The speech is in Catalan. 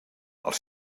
els